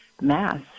Mass